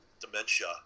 dementia